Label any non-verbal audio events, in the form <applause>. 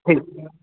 <unintelligible>